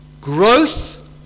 growth